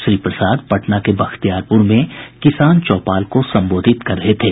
श्री प्रसाद पटना के बख्तियारपुर में किसान चौपाल को संबोधित कर रहे थे